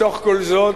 בתוך כל זאת,